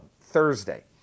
Thursday